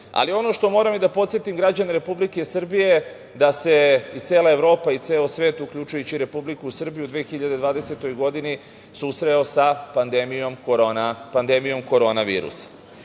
faza. Ono što moram i da podsetim građane Republike Srbije, da se i cela Evropa i ceo svet, uključujući i Republiku Srbiju u 2020. godini susreo sa pandemijom korona virusa.